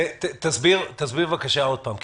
תסביר בבקשה עוד פעם.